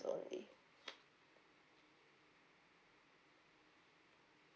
only